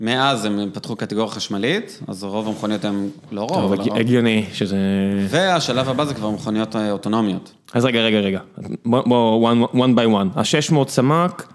מאז הם פתחו קטגוריה חשמלית, אז רוב המכוניות הם לא רוב. הגיוני שזה... והשלב הבא זה כבר המכוניות האוטונומיות. אז רגע, רגע, רגע, בואו one by one, השש מאות סמ"ק.